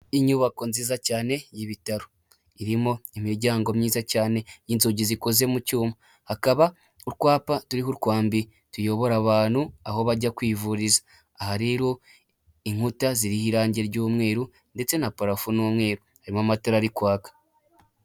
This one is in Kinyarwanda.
Inyubako nziza cyane y'ibitaro, irimo imiryango myiza cyane y'inzugi zikoze mu cyuma, hakaba utwapa turiho utwambi tuyobora abantu aho bajya kwivuriza, aha rero inkuta ziriho irangi ry'umweru ndetse na parafo n'umweru hariho amatara ari kwaka.